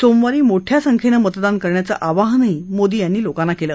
सोमवारी मोठ्या संख्येने मतदान करण्याचं आवाहनही मोदी यांनी लोकांना केलं